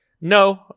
No